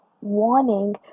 Wanting